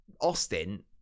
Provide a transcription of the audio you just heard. austin